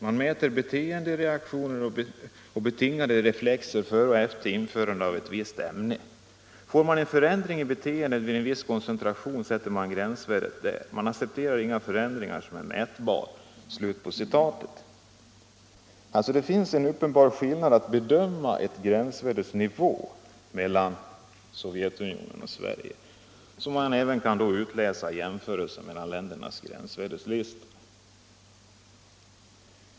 Man mäter beteendereaktioner och betingade reflexer före och efter införande av ett visst ämne. Får man en förändring i beteendet vid en viss koncentration sätter man gränsvärdet där. Man accepterar ingen förändring som är mätbar.” Det finns uppenbarligen en skillnad mellan Sovjetunionen och Sverige att bedöma ett gränsvärdes nivå, som man även kan utläsa i en jämförelse mellan ländernas gränsvärdeslistor.